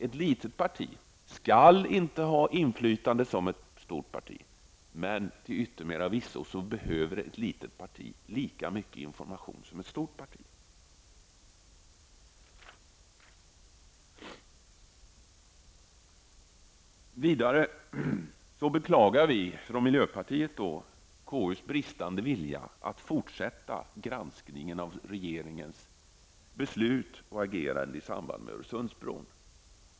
Ett litet parti skall inte ha samma inflytande som ett stort parti, men till yttermera visso behöver ett litet parti lika mycket information som ett stort parti. Vidare beklagar vi från miljöpartiet KUs bristande vilja att fortsätta granskningen av regeringens beslut och agerande i samband med Öresundsbron.